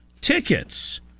tickets